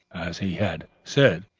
as he had said,